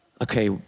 Okay